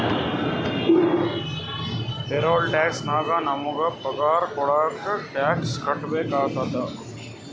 payroll tax ನಾಗ್ ನಮುಗ ಪಗಾರ ಕೊಡಾಗ್ ಟ್ಯಾಕ್ಸ್ ಕಟ್ಬೇಕ ಆತ್ತುದ